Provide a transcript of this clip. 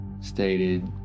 stated